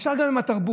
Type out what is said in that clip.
אפשר גם עם התרבות,